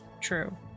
true